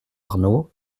arnaud